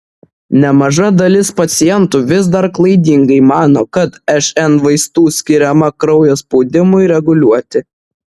nemaža dalis pacientų vis dar klaidingai mano kad šn vaistų skiriama kraujo spaudimui reguliuoti